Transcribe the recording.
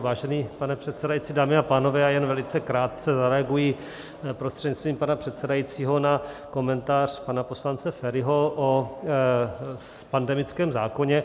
Vážený pane předsedající, dámy a pánové, jen velice krátce zareaguji, prostřednictvím pana předsedajícího, na komentář pana poslance Feriho o pandemickém zákoně.